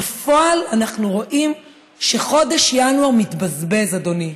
בפועל אנחנו רואים שחודש ינואר מתבזבז, אדוני.